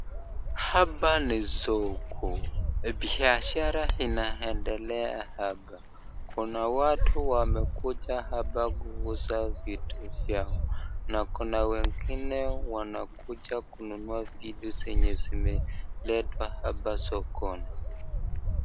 Hapa ni soko, biashara inaendelea hapa, kuna watu wamekuja hapa kuuza vitu vyao na kuna wengine wanakuja kununua vitu zenye zimeletwa hapa sokoni.